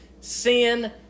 sin